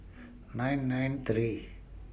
nine nine three